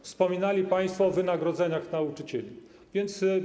Wspominali państwo o wynagrodzeniach nauczycieli, więc.